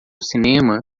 cinema